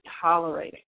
tolerating